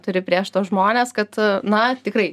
turi prieš tuos žmones kad na tikrai